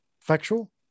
factual